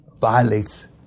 violates